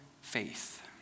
faith